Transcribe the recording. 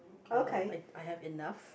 uh I I have enough